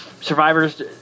Survivors